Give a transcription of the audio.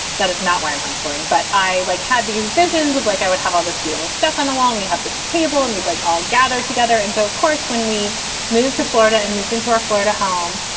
that is not why i'm homeschooling. but i like had these visions of like i would have all this beautiful stuff on the wall. we have this table and we'd like all gather together. and so, of course, when we moved to florida and moved into our florida home,